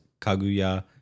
Kaguya